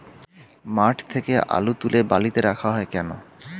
মাঠ থেকে আলু তুলে বালিতে রাখা হয় কেন?